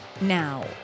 Now